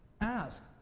Ask